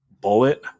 bullet